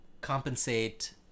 compensate